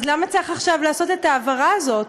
אז למה צריך עכשיו לעשות את ההעברה הזאת?